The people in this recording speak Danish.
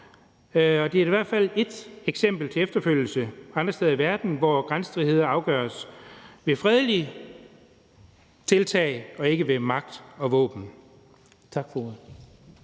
det er da i hvert fald et eksempel til efterfølgelse andre steder i verden, hvor grænsestridigheder afgøres ved fredelige tiltag og ikke ved magt og våben.